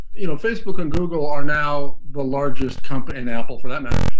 you know, facebook and google are now the largest company and apple, for that matter,